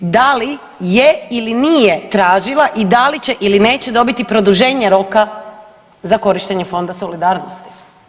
Da li je ili nije tražila i da li će ili neće dobiti produženje roka za korištenje Fonda solidarnosti?